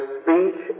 speech